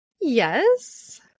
Yes